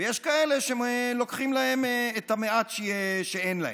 ויש כאלה שלוקחים להם את המעט שאין להם.